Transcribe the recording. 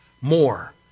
more